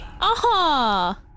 Aha